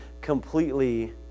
completely